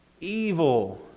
evil